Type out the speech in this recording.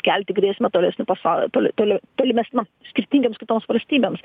kelti grėsmę tolesnį pasaul toli toli tolimesniam skirtingiems kitoms valstybėms